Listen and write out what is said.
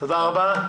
תודה רבה.